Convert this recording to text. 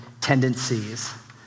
tendencies